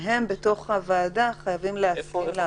שהם בתוך הוועדה חייבים להסכים להכרזה.